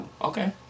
Okay